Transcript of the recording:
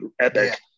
epic